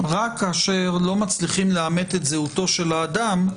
רק כאשר לא מצליחים לאמת את זהותו של האדם,